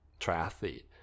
triathlete